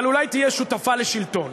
אבל אולי תהיה שותפה לשלטון,